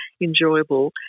enjoyable –